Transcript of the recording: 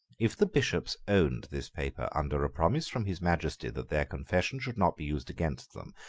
if the bishops owned this paper under a promise from his majesty that their confession should not be used against them,